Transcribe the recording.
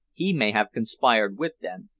he may have conspired with them,